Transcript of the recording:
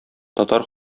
татар